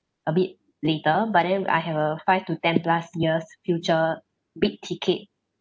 a bit later but then I have a five to ten plus years future big ticket